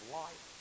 life